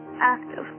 active